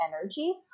energy